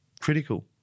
critical